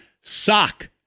sock